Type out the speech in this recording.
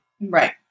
Right